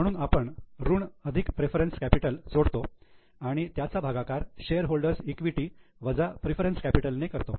म्हणून आपण ऋण अधिक प्रेफरन्स कॅपिटल जोडतो आणि त्याचा भागाकार शेअरहोल्डर्स इक्विटी shareholders' equity वजा प्रेफरन्स कॅपिटल ने करतो